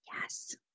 Yes